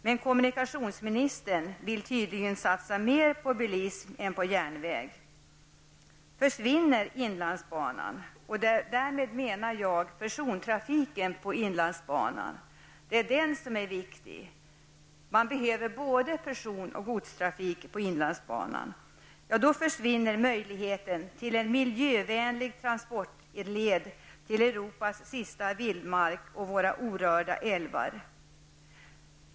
Men kommunikationsministern vill tydligen satsa mer på bilism än på järnväg. Försvinner inlandsbanan -- och därmed menar jag persontrafiken; man behöver både person och godstrafik på inlandsbanan -- så försvinner möjligheten till en miljövänlig transportled till Europas sista vildmark och våra orörda älvar.